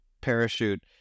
parachute